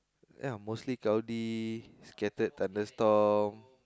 ya mostly cloudy scattered thunderstorm